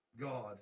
God